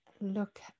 look